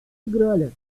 играли